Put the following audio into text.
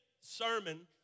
sermon